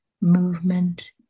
movement